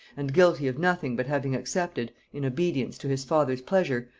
and guilty of nothing but having accepted, in obedience to his father's pleasure,